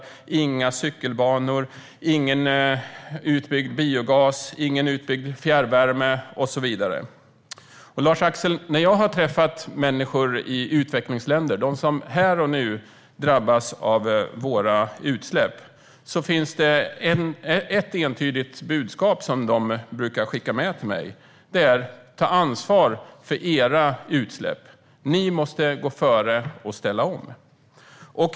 Det blir inga cykelbanor, ingen utbyggd biogas, ingen utbyggd fjärrvärme och så vidare. Lars-Axel! När jag har träffat människor i utvecklingsländer - de som här och nu drabbas av våra utsläpp - brukar de skicka med ett entydigt budskap: Ta ansvar för era utsläpp! Ni måste gå före och ställa om.